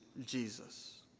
Jesus